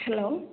hello